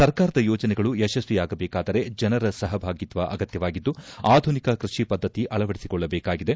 ಸರ್ಕಾರದ ಯೋಜನೆಗಳು ಯಶಸ್ವಿಯಾಗಬೇಕಾದರೆ ಜನರ ಸಹಭಾಗಿತ್ವ ಅಗತ್ಕವಾಗಿದ್ದು ಆಧುನಿಕ ಕೃಷಿ ಪದ್ಧತಿ ಅಳವಡಿಸಿಕೊಳ್ಳಬೇಕಾಗಿದೆ